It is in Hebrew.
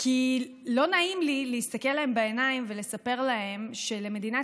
כי לא נעים לי להסתכל להם בעיניים ולספר להם שלמדינת